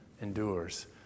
endures